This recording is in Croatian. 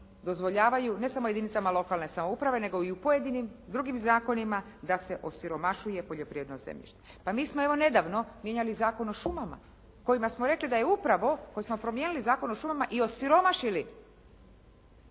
dozvoljavaju ne samo jedinicama lokalne samouprave, nego i u pojedinim i drugim zakonima da se osiromašuje poljoprivredno zemljište. Pa mi smo evo nedavno mijenjali Zakon o šumama kojima smo rekli da je upravo, koji smo promijenili Zakon o šumama i osiromašili